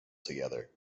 together